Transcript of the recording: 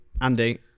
Andy